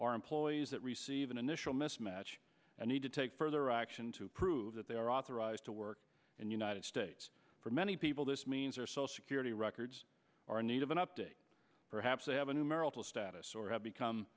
are employees that receive an initial mismatch and need to take further action to prove that they are authorized to work in united states for many people this means or so security records are in need of an update perhaps they have a new marital status or have become